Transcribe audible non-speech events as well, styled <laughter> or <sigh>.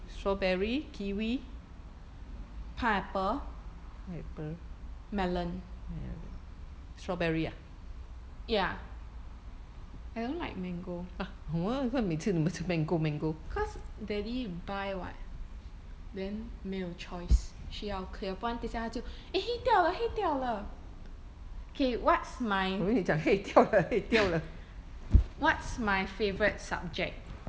pineapple melon ya I don't like mango cause daddy buy what then 没有 choice 需要 clear 不然等一下他就 eh 黑掉了黑掉了 okay what's my <laughs> what's my favourite subject